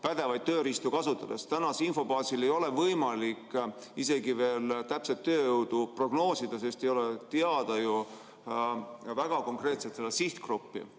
pädevaid tööriistu kasutades. Tänase info baasil ei ole võimalik isegi veel täpset tööjõudu prognoosida, sest ei ole ju väga konkreetselt see sihtgrupp